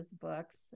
books